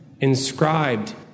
inscribed